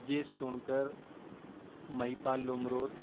Brijesh Sonkar Mahipal Lomror